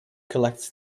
collects